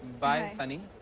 bye sunny.